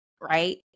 right